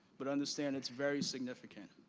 but understand it's very significant.